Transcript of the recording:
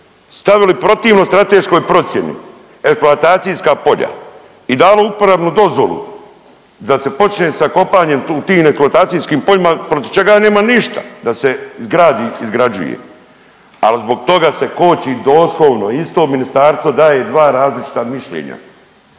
stavili protivno strateškoj procjeni eksploatacijska polja i dalo uporabnu dozvolu da se počne sa kopanjem tim eksploatacijskim protiv čega ja nemam ništa da se gradi, izgrađuje ali zbog toga se koči doslovno isto ministarstvo daje dva različita mišljenja.